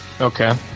Okay